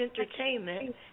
entertainment